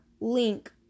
link